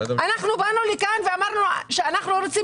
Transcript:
אנחנו באנו לכאן ואמרנו שאנחנו רוצים